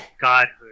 godhood